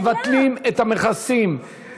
שמבטלים בהם את המכסים,